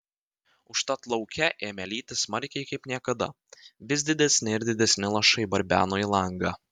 užtat lauke ėmė lyti smarkiai kaip niekada vis didesni ir didesni lašai barbeno į langą